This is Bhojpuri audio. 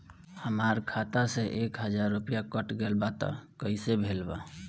हमार खाता से एक हजार रुपया कट गेल बा त कइसे भेल बा?